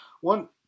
One